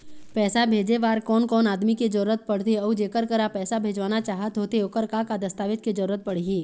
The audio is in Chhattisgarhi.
पैसा भेजे बार कोन कोन आदमी के जरूरत पड़ते अऊ जेकर करा पैसा भेजवाना चाहत होथे ओकर का का दस्तावेज के जरूरत पड़ही?